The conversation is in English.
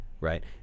Right